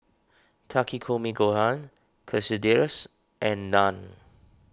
Takikomi Gohan Quesadillas and Naan